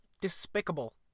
despicable